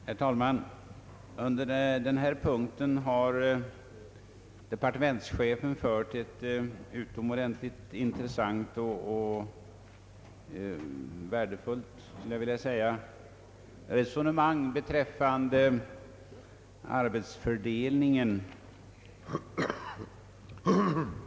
Herr talman! Under denna punkt har departementschefen fört ett utomordentligt intressant och värdefullt — det vill jag säga — resonemang beträffande arbetsfördelningen.